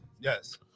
Yes